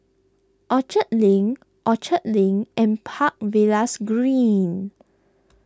Orchard Link Orchard Link and Park Villas Green